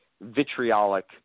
vitriolic